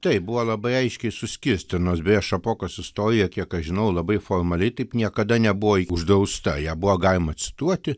taip buvo labai aiškiai suskirstytos beje šapokos istorija kiek aš žinau labai formaliai taip niekada nebuvo uždrausta ją buvo galima cituoti